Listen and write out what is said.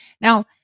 Now